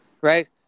right